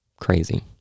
Crazy